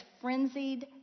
frenzied